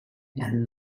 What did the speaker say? and